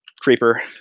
Creeper